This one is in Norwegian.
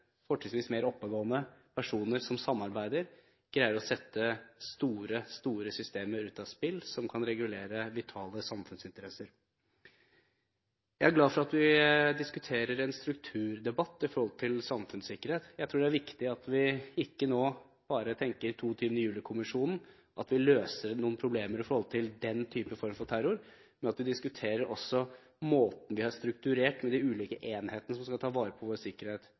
fortrinnsvis, oppegående personer som samarbeider, greier å sette store systemer som kan regulere vitale samfunnsinteresser, ut av spill? Jeg er glad for at vi diskuterer en strukturdebatt med hensyn til samfunnssikkerhet. Jeg tror det er viktig at vi ikke nå bare tenker 22. juli-kommisjonen og løser noen problemer i forhold til den typen form for terror, men at vi også diskuterer måten vi har strukturert de ulike enhetene som skal ta vare på vår sikkerhet,